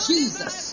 Jesus